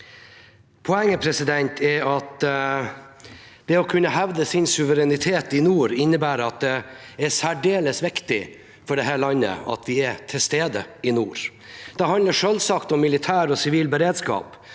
for det. Poenget er at det å kunne hevde sin suverenitet i nord innebærer at det er særdeles viktig for dette landet at vi er til stede i nord. Det handler selvsagt om militær og sivil beredskap,